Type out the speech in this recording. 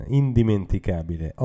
indimenticabile